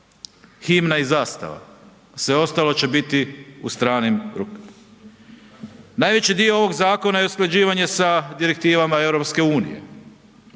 himna i zastava, sve ostalo će biti u stranim rukama. Najveći dio ovog zakona je usklađivanje sa direktivama EU.